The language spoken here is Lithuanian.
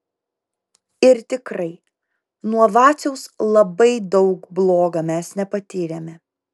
ir tikrai nuo vaciaus labai daug bloga mes nepatyrėme